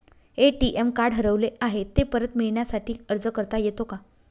ATM card हरवले आहे, ते परत मिळण्यासाठी अर्ज करता येतो का?